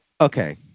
okay